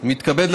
הכנסת אושרה.